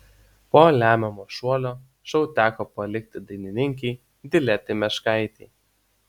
po lemiamo šuolio šou teko palikti dainininkei diletai meškaitei